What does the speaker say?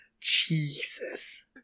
Jesus